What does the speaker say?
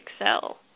excel